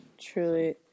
Truly